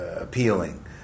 appealing